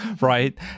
right